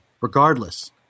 regardless